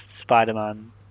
Spider-Man